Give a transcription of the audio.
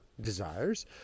desires